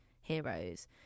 heroes